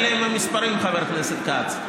אלה הם המספרים, חבר הכנסת כץ.